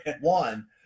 one